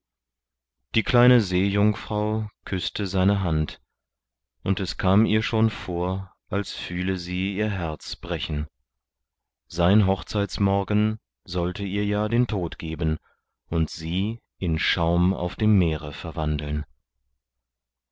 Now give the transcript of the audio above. die kleine seejungfrau küßte seine hand und es kam ihr schon vor als fühle sie ihr herz brechen sein hochzeitsmorgen sollte ihr ja den tod geben und sie in schaum auf dem meere verwandeln